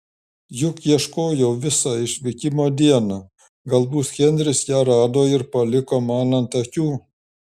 juk ieškojau visą išvykimo dieną galbūt henris ją rado ir paliko man ant akių